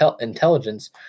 intelligence